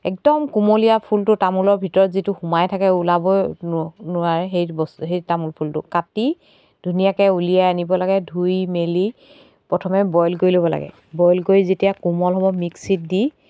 একদম কুমলীয়া ফুলটো তামোলৰ ভিতৰত যিটো সোমাই থাকে ওলাবই নো নোৱাৰে সেই সেইটো বস্তু সেই তামোলফুলটো কাটি ধুনীয়াকৈ উলিয়াই আনিব লাগে ধুই মেলি প্ৰথমে বইল কৰি ল'ব লাগে বইল কৰি যেতিয়া কোমল হ'ব মিক্সিত দি